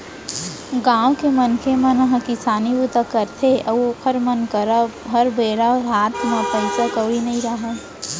गाँव के मनसे मन ह किसानी बूता करथे अउ ओखर मन करा हर बेरा हात म पइसा कउड़ी नइ रहय